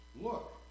Look